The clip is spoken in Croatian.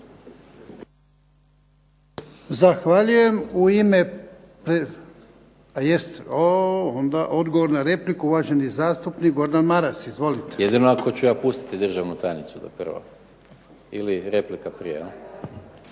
Zahvaljujem. U ime… a jeste. Onda odgovor na repliku, uvaženi zastupnik Gordan Maras. Izvolite. **Maras, Gordan (SDP)** Jedino ako ću ja pustiti državnu tajnicu da prvo ili replika prije.